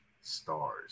Stars